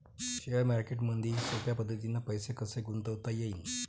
Share मार्केटमधी सोप्या पद्धतीने पैसे कसे गुंतवता येईन?